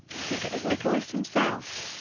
i think it was nicholas himself.